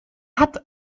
hat